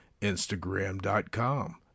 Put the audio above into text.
instagram.com